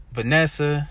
Vanessa